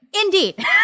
Indeed